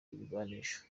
ibigwanisho